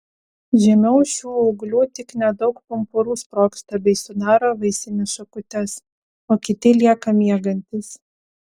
žemiau šių ūglių tik nedaug pumpurų sprogsta bei sudaro vaisines šakutes o kiti lieka miegantys